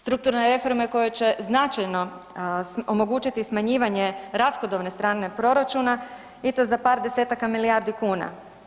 Strukturne reforme koje će značajno omogućiti smanjivanje rashodovne strane proračuna i to za par desetaka milijardi kuna.